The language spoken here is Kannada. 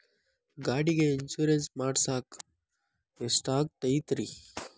ಗಾಡಿಗೆ ಇನ್ಶೂರೆನ್ಸ್ ಮಾಡಸಾಕ ಎಷ್ಟಾಗತೈತ್ರಿ?